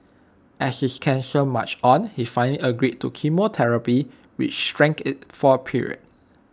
as his cancer marched on he finally agreed to chemotherapy which shrank IT for A period